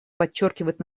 подчеркивает